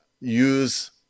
use